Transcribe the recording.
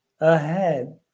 ahead